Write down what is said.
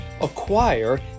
acquire